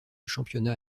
championnat